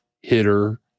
hitter